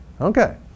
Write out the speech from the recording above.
Okay